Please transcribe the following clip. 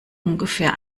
ungefähr